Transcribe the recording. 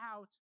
out